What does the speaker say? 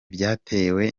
byatewe